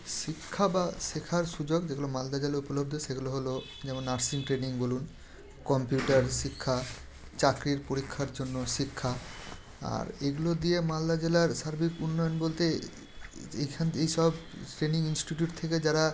শিক্ষা বা শেখার সুযোগ যেগুলো মালদা জেলায় উপলব্ধ সেগুলো হলো যেমন নার্সিং ট্রেনিং বলুন কম্পিউটার শিক্ষা চাকরির পরীক্ষার জন্য শিক্ষা আর এইগুলো দিয়ে মালদা জেলার সার্বিক উন্নয়ন বলতে এইখান এই সব ট্রেনিং ইনস্টিটিউট থেকে যারা